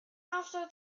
after